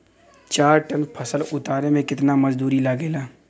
चार टन फसल उतारे में कितना मजदूरी लागेला?